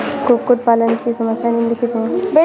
कुक्कुट पालन की समस्याएँ निम्नलिखित हैं